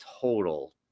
total